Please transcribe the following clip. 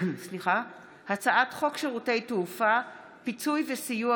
הצעת חוק שירותי תעופה (פיצוי וסיוע